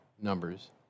numbers